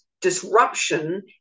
disruption